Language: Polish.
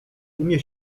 umie